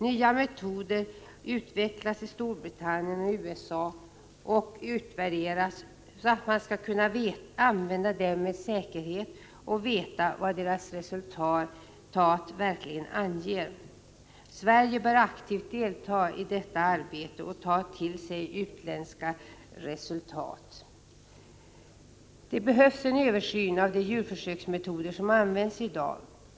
Nya metoder utvecklas i Storbritannien och USA och utvärderas så att man skall kunna använda dem med säkerhet och veta vad deras resultat verkligen anger. Sverige bör aktivt delta i detta arbete och ta till sig utländska resultat. Det behövs en översyn av de djurförsöksmetoder som används i dag.